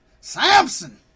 Samson